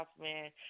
man